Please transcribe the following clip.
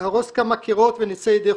נהרוס כמה קירות ונצא ידי חובה.